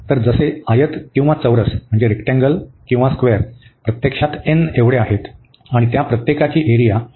तर असे आयत किंवा चौरस प्रत्यक्षात n आहेत आणि त्या प्रत्येकाची एरिया आहे